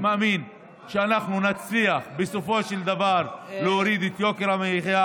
אני מאמין שאנחנו נצליח בסופו של דבר להוריד את יוקר המחיה.